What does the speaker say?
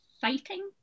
fighting